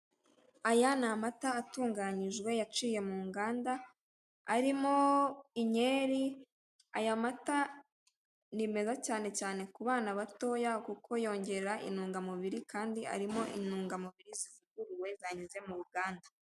Aya ni amata atunganyijwe yaciye mu nganda, arimo inkeri. Aya mata ni meza, cyane cyane ku bana batoya, kuko yongera intungamubiri kandi arimo intungamubiri zivuguruye zanyuze mu ruganda.